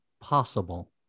possible